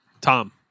Tom